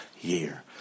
year